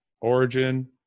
Origin